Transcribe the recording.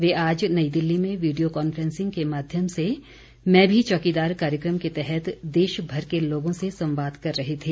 वे आज नई दिल्ली में video conferencing के माध्यम से मैं भी चौकीदार कार्यक्रम के तहत देशभर के लोगों से संवाद कर रहे थे